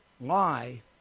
lie